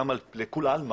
לכולם,